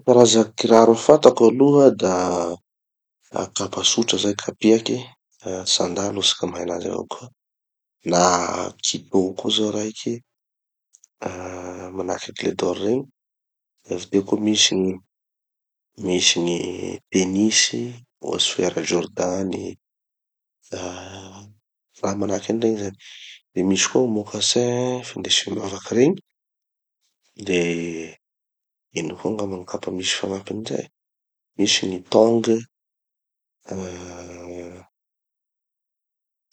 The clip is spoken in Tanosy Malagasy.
Gny karaza kiraro fantako aloha da kapa tsotra zay, kapiaky, sandales ho tsika mahay anazy avao koa, na kitô koa zao raiky, manahaky aigle d'or regny, da avy teo koa misy gny misy gny tennis ohatsy hoe air jordan, ah raha manahaky any regny zany. De misy koa gny mokasin findesy mivavaky regny. De ino koa angamba gny kapa misy fagnampin'izay. Misy gny tong, ah.